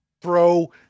throw